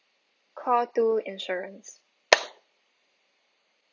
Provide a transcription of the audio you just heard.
call two insurance